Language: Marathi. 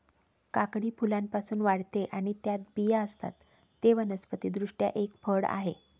काकडी फुलांपासून वाढते आणि त्यात बिया असतात, ते वनस्पति दृष्ट्या एक फळ आहे